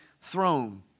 throne